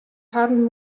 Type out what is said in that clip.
harren